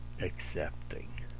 accepting